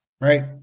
right